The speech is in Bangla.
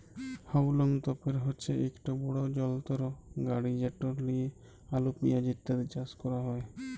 হাউলম তপের হছে ইকট বড় যলত্র গাড়ি যেট লিঁয়ে আলু পিয়াঁজ ইত্যাদি চাষ ক্যরা হ্যয়